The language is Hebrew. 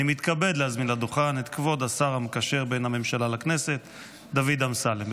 אני מתכבד להזמין לדוכן את כבוד השר המקשר בין הממשלה לכנסת דוד אמסלם,